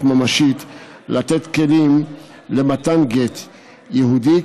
ממשית שיינתנו להם כלים למתן גט יהודי,